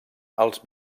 als